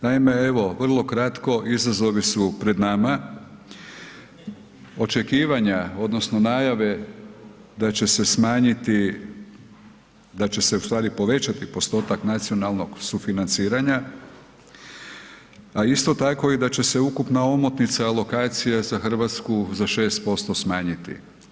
Naime, evo vrlo kratko izazovi su pred nama, očekivanja odnosno najave da će se smanjiti, da će se u stvari povećati postotak nacionalnog sufinanciranja, a isto tako i da će se ukupna omotnica lokacija za Hrvatsku za 6% smanjiti.